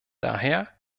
daher